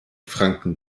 franken